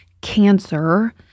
cancer